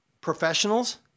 professionals